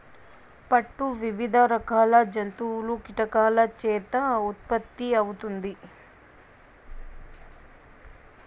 పట్టు వివిధ రకాల జంతువులు, కీటకాల చేత ఉత్పత్తి అవుతుంది